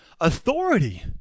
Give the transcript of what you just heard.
authority